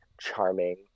charming